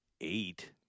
eight